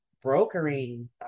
brokering